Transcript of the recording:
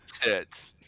tits